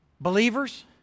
Believers